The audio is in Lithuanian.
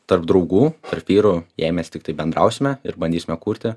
tarp draugų tarp vyrų jei mes tiktai bendrausime ir bandysime kurti